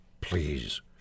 please